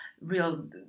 real